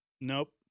Nope